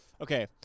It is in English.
Okay